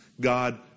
God